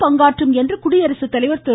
பங்காற்றும் என்று குடியரசுத்தலைவர் திரு